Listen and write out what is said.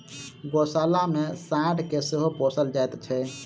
गोशाला मे साँढ़ के सेहो पोसल जाइत छै